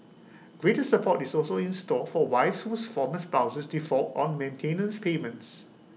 greater support is also in store for wives whose former spouses default on maintenance payments